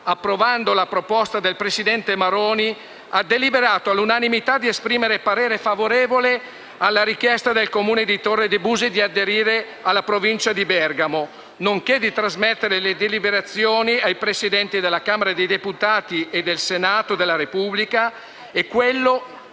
approvando la proposta del Presidente Maroni, ha deliberato all'unanimità di esprimere parere favorevole sulla richiesta del comune di Torre de' Busi di aderire alla provincia di Bergamo, nonché di trasmettere le deliberazioni ai Presidenti della Camera dei deputati e del Senato della Repubblica. Quello